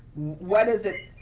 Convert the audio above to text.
what is it